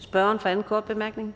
Kl. 14:36 Fjerde